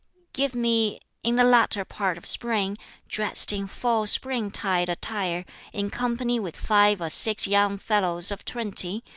give me in the latter part of spring dressed in full spring-tide attire in company with five or six young fellows of twenty,